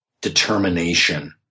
determination